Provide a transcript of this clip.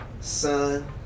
son